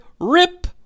Rip